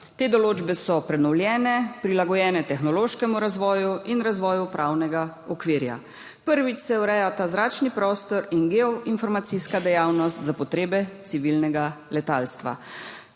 Te določbe so prenovljene, prilagojene tehnološkemu razvoju in razvoju pravnega okvira. Prvič se urejata zračni prostor in geoinformacijska dejavnost za potrebe civilnega letalstva.